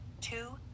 Two